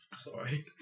Sorry